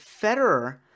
Federer